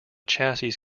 chassis